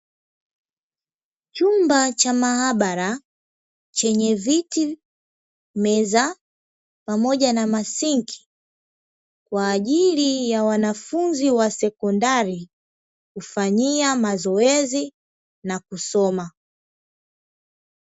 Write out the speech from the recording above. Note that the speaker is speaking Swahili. Chumba cha maabara chenye viti, meza pamoja na masinki kwa ajili ya wanafunzi wa sekondari kufanyia mazoezi na kusoma.